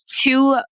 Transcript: two